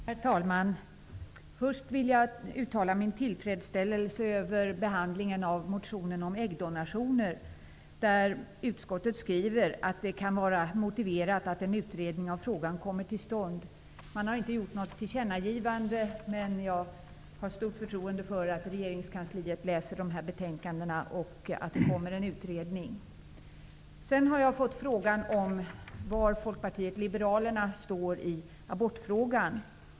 Herr talman! Först vill jag uttala min tillfredsställelse över behandlingen av motionen om äggdonationer. Utskottet skriver att det kan vara motiverat att en utredning av frågan kommer till stånd. Man har inte föreslagit något tillkännagivande, men jag har stort förtroende för att regeringskansliet läser de här betänkandena och att det kommer en utredning. Sedan har jag fått frågan var Folkpartiet liberalerna står i abortfrågan.